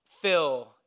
Phil